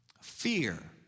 fear